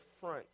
front